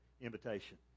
invitation